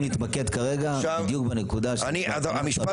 אנחנו צריכים להתמקד כרגע בדיוק בנקודה --- המשפט